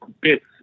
bits